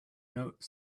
note